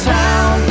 town